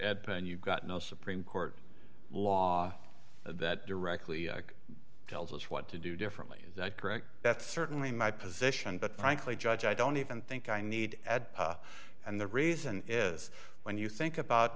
and you've got no supreme court law that directly tells us what to do differently correct that's certainly my position but frankly judge i don't even think i need add and the reason is when you think about